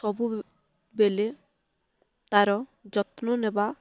ସବୁବେଳେ ତା'ର ଯତ୍ନ ନେବା